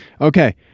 okay